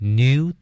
new